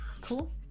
Cool